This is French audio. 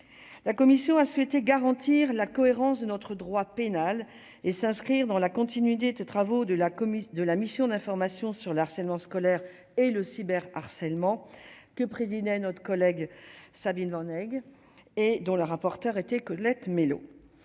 la commission a souhaité garantir la cohérence de notre droit pénal et s'inscrire dans la continuité de travaux de la commission de la mission d'information sur le harcèlement scolaire et le cyber harcèlement que présidait notre collègue Sabine et dont le rapporteur était Colette Mélot,